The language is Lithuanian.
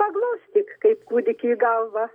paglostyk kaip kūdikiui galvą